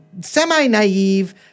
semi-naive